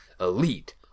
elite